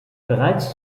bereits